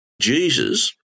Jesus